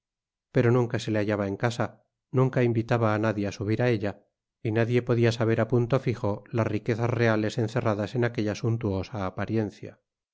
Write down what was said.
pero nunca se le hallaba en casa nunca invitaba á nadie á subir á ella y nadie podia saber á punto fijo las riquezas reales encerradas en aquella suntuosa apariencia